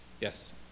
Yes